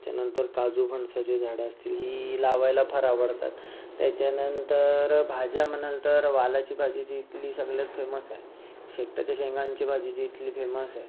त्याच्यानंतर काजू फणसाची झाडं असतील ही लावायला फार आवडतात त्याच्यानंतर भाज्या म्हणाल तर वालाची भाजी जी इथली सगळ्यात फेमस आहे शेकटाच्या शेंगांची भाजी जी इथली फेमस आहे